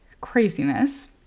Craziness